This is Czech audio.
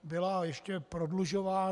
Byla ještě prodlužována.